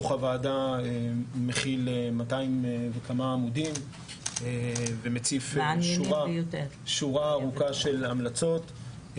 דוח הוועדה מכיל כ-200 עמודים ומציף שורה ארוכה של המלצות.